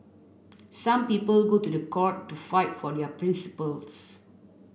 some people go to the court to fight for their principles